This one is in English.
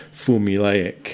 formulaic